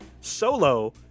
solo